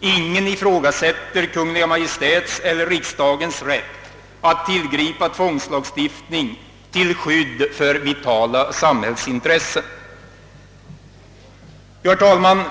Ingen ifrågasätter Kungl. Maj:ts och riksdagens rätt att tillgripa tvångslagstiftning till skydd för vitala samhällsintressen.» Herr talman!